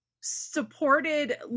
supported